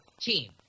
team